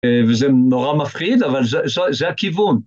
וזה נורא מפחיד, אבל זה הכיוון.